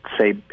say